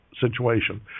situation